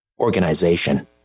organization